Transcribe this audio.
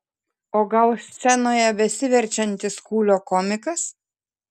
o gal scenoje besiverčiantis kūlio komikas